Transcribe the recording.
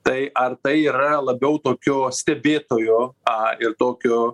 tai ar tai yra labiau tokio stebėtojo a ir tokio